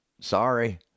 Sorry